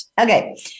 Okay